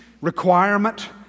requirement